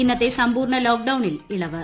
ഇന്നത്തെ സമ്പൂർണ ലോക്ഡൌണിൽ ഇളവ്